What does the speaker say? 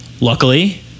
Luckily